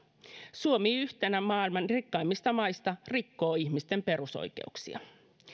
suomi yhtenä maailman rikkaimmista maista rikkoo ihmisten perusoikeuksia